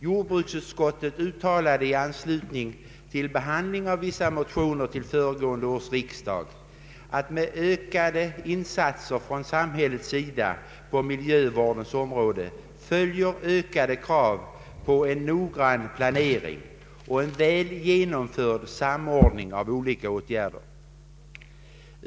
Jord bruksutskottet uttalade i anslutning till behandlingen av vissa motioner till föregående års riksdag, att med ökade insatser från samhällets sida på miljövårdens område följer ökade krav på en noggrann planering och en väl genomförd samordning av olika åtgärder.